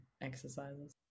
exercises